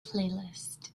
playlist